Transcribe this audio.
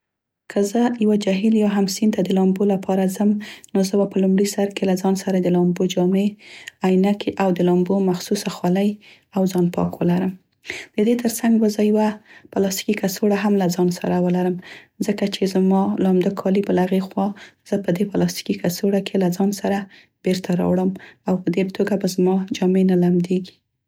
که زه یوه جهیل یا هم سیند ته د لامبو لپاره ځم نو زه به په لومړي سر کې له ځان سره د لامبو جامې، عینکې او د لامبو مخصوصه خولۍ او ځان پاک ولرم. د دې تر څنګ به زه یوه پلاستیکي کڅوړه هم له ځان سره ولرم، ځکه چې زما لامده کالي به، له هغې خوا زه په دې پلاستیکي کڅوړه کې له ځان سره بیرته راوړم او په دې توګه به زما جامې نه لمدیږي.